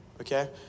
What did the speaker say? Okay